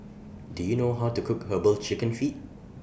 Do YOU know How to Cook Herbal Chicken Feet